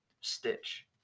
Stitch